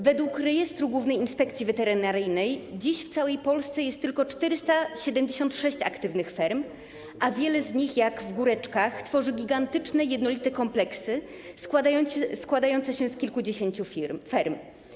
Według rejestru głównej inspekcji weterynaryjnej dziś w całej Polsce jest tylko 476 aktywnych ferm, a wiele z nich, jak ferma w Góreczkach, tworzy gigantyczne, jednolite kompleksy składające się z kilkudziesięciu ferm.